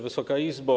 Wysoka Izbo!